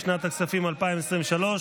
לשנת הכספים 2023,